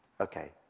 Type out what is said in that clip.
Okay